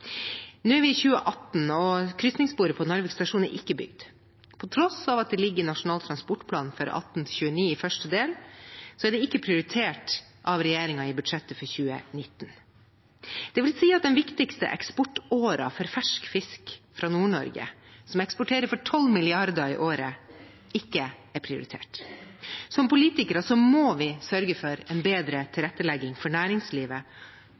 Nå er vi i 2018 og krysningssporet på Narvik stasjon er ikke bygd. Til tross for at det ligger i Nasjonal transportplan 2018–2029 første del, er det ikke prioritert av regjeringen i budsjettet for 2019. Det vil si at den viktigste eksportåren for fersk fisk fra Nord-Norge, som eksporterer for 12 mrd. kr i året, ikke er prioritert. Som politikere må vi sørge for en bedre tilrettelegging for næringslivet,